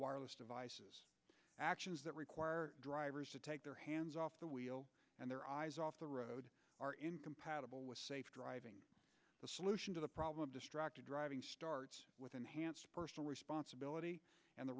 wireless devices that require drivers to take their hands off the wheel and their eyes off the road are incompatible with safe driving the solution to the problem distracted driving with enhanced personal responsibility and the